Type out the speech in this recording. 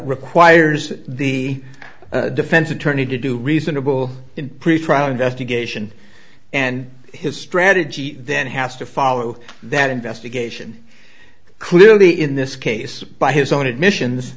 requires the defense attorney to do reasonable in pretrial investigation and his strategy then has to follow that investigation clearly in this case by his own admission